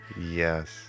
Yes